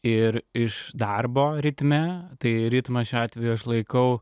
ir iš darbo ritme tai ritmą šiuo atveju aš laikau